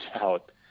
out